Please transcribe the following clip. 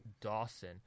Dawson